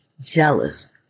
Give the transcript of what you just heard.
jealous